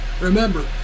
remember